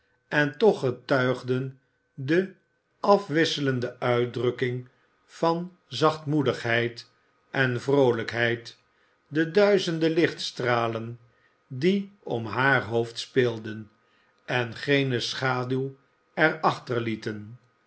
en toch geluigden de afwisselende uitdrukking van zachtmoedigheid en vroolijkheid de duizenden lichtstralen die om haar hoofd speelden en geene schaduw